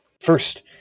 first